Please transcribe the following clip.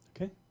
Okay